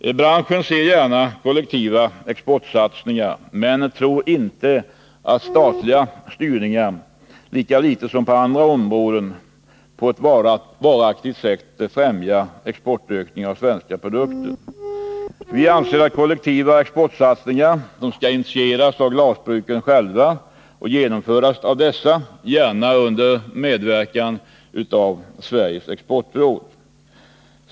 Inom branschen ser man gärna kollektiva exportsatsningar, men man tror att statliga styrningar här lika litet som på andra områden på ett varaktigt sätt kan främja en exportökning av svenska produkter. Kollektiva satsningar skall initieras av glasbruken själva och genomföras av dessa, gärna under medverkan av Sveriges exportråd.